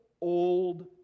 old